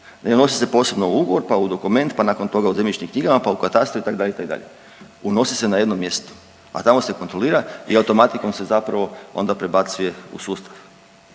unosi se posebno u ugovor pa u dokument pa nakon toga u zemljišnim knjigama pa u katastru, itd., itd., unosi se na jednom mjestu, a tamo se kontrolira i automatikom se zapravo onda prebacuje u sustav.